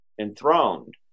enthroned